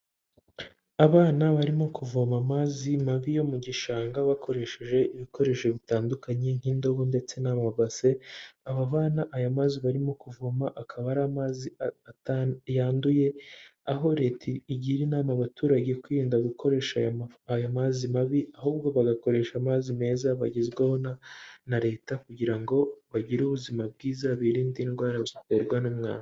Abana barimo kuvoma amazi mabi yo mu gishanga bakoresheje ibikoresho bitandukanye nk'indobo ndetse n'amabase aba bana aya mazi barimo kuvoma akaba ari amazi yanduye aho leta igira inama abaturage kwirinda gukoresha ayo mazi mabi ahubwo bagakoresha amazi meza bagezwaho na leta kugira ngo bagire ubuzima bwiza birinde indwara ziterwa n'umwanda.